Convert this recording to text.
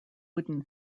wooden